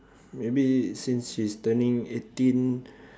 maybe since she's turning eighteen